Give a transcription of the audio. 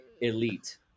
elite